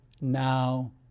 now